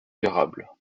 durable